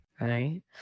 Right